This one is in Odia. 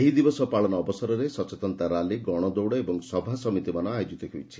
ଏହି ଦିବସ ପାଳନ ଅବସରରେ ସଚେତନତା ର୍ୟାଲି ଗଣଦୌଡ଼ ଓ ସଭାସମିତିମାନ ଆୟୋକିତ ହେଉଛି